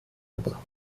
aber